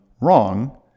wrong